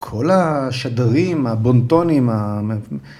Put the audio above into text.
כל השדרים, הבונטונים, המ...